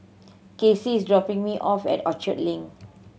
Casey is dropping me off at Orchard Link